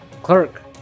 Clerk